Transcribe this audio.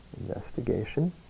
investigation